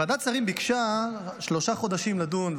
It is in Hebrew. ועדת שרים ביקשה שלושה חודשים לדון,